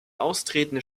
austretende